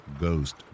Ghost